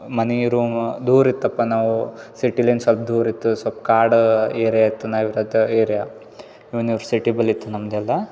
ಮನೆಯ ರೂಮ್ ದೂರಿತಪ್ಪ ನಾವು ಸಿಟಿಲಿನ ಸ್ವಲ್ಪ್ ದೂರಿತ್ತು ಸಲ್ಪ್ ಕಾಡು ಏರಿಯ ಇತ್ತು ನಾವು ಇರೋದು ಏರಿಯ ಯೂನಿವರ್ಸಿಟಿಬಳಿತ್ತು ನಮ್ಮದೆಲ್ಲ